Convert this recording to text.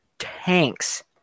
tanks